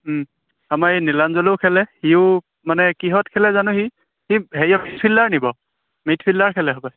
আমাৰ এই নীলাঞ্জনেও খেলে সিও মানে কিহত খেলে জানো সি সি হেৰিয়ত মিডফিল্ডাৰ নেকি বাৰু মিডফিল্ডাৰ খেলে হপায়